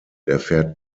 erfährt